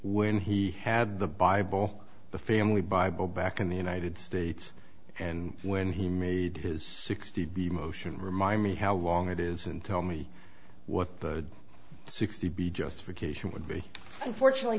when he had the bible the family bible back in the united states and when he made his sixty b motion remind me how long it is and tell me what the sixty be justification would be unfortunately